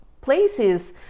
places